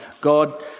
God